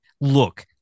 Look